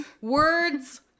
Words